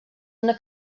una